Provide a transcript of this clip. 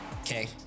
okay